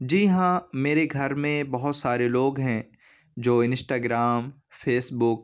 جی ہاں میرے گھر میں بہت سارے لوگ ہیں جو انسٹا گرام فیس بک